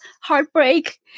heartbreak